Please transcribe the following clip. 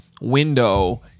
window